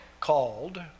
called